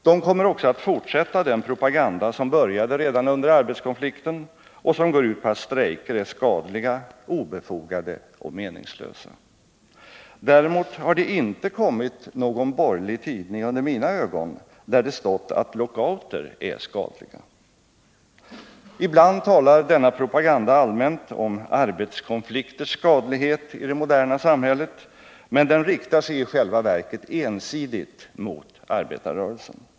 De kommer också att fortsätta den propaganda som började redan under arbetskonflikten och som går ut på att strejker är skadliga, obefogade och meningslösa. Däremot har det inte kommit någon borgerlig tidning under mina ögon där det stått att lockouter är skadliga. Ibland talar denna propaganda allmänt om arbetskonflikters skadlighet i det moderna samhället, men den riktar sig i själva verket ensidigt mot arbetarrörelsen.